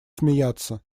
смеяться